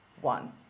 one